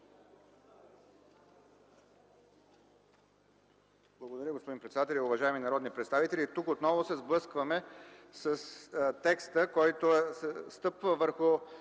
Благодаря, господин председател. Уважаеми народни представители, тук отново се сблъскваме с текста, който стъпва върху